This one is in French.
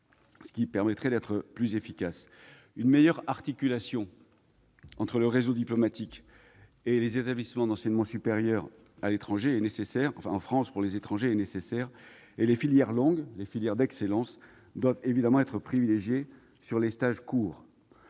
ce qui permettrait d'être plus efficace. Très bien ! Une meilleure articulation entre le réseau diplomatique et les établissements d'enseignement supérieur en France pour les étrangers est nécessaire. Les filières longues, les filières d'excellence, doivent évidemment être privilégiées sur les stages courts.